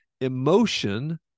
emotion